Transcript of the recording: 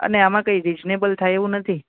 અને આમાં કઈ રિજનેબલ થાય એવું નથી